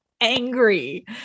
angry